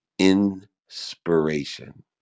Inspiration